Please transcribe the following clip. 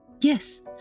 Yes